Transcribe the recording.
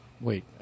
wait